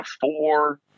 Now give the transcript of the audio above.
four